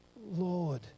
Lord